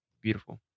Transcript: beautiful